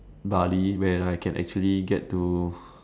Bali when I can actually get to